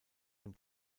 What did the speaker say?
dem